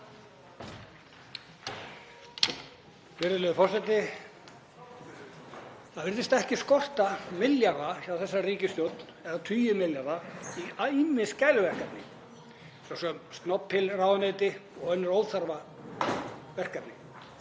Virðulegur forseti. Það virðist ekki skorta milljarða hjá þessari ríkisstjórn eða tugi milljarða í ýmis gæluverkefni, svo sem Snobbhill-ráðuneyti og önnur óþarfa verkefni,